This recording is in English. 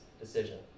decision